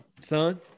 son